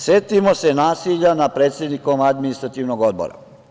Setimo se nasilja nad predsednikom Administrativnog odbora.